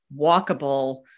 walkable